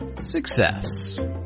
success